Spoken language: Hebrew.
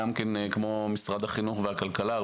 כמו משרד החינוך והכלכלה,